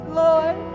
lord